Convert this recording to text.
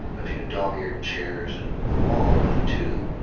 a few dog-eared chairs and a wall with two,